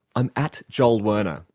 i'm at joelwerner.